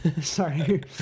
sorry